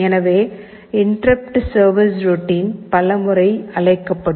எனவே interrupt service routine பல முறை அழைக்கப்படும்